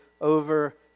over